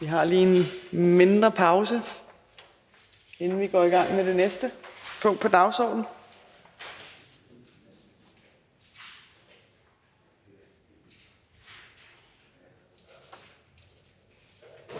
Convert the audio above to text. Vi har lige en mindre pause, inden vi går i gang med det næste punkt på dagordenen.